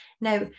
Now